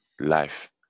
life